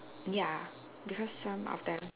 ya because some of them